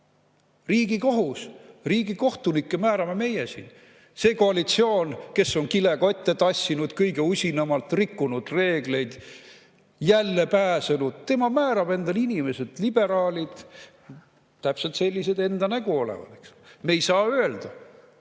Riigikohus. Riigikohtunikke määrame meie siin. See koalitsioon, kes on kilekotte tassinud, kõige usinamalt rikkunud reegleid, jälle pääsenud – tema määrab endale inimesed. Liberaalid, täpselt sellised enda nägu olevad. Me ei saa öelda,